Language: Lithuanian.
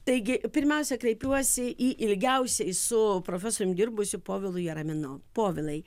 taigi pirmiausia kreipiuosi į ilgiausiai su profesorium dirbusiu povilu jaraminu povilai